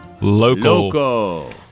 Local